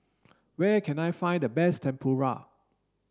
where can I find the best Tempura